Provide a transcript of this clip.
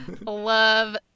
love